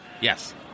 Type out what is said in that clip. Yes